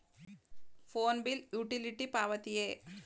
Phone bill utility ಪಾವತಿಯೇ?